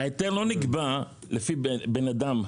ההיתר לא נקבע לפי בן אדם,